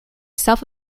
self